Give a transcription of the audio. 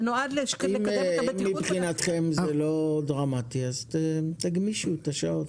אם מבחינתכם זה לא דרמטי, תגמישו את השעות.